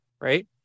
right